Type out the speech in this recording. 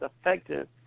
effective